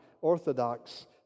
orthodox